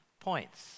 points